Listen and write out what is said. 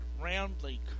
roundly